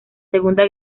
segunda